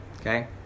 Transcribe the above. okay